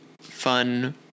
fun